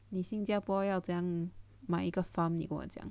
新加坡要怎样买一个 farm 你跟我讲